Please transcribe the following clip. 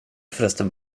förresten